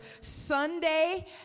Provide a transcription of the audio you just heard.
Sunday